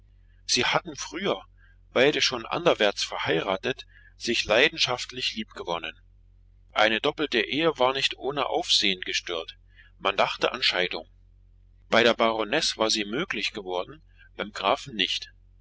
sie hatten früher beide schon anderwärts verheiratet sich leidenschaftlich liebgewonnen eine doppelte ehe war nicht ohne aufsehn gestört man dachte an scheidung bei der baronesse war sie möglich geworden bei dem grafen nicht